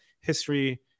history